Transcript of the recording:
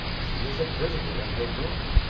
she is a prisoner in her room,